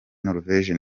norvege